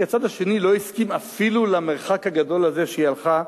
כי הצד השני לא הסכים אפילו למרחק הגדול הזה שהיא הלכה.